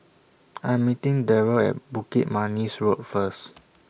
I Am meeting Daryl At Bukit Manis Road First